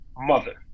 mother